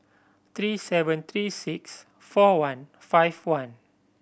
three seven three six four one five one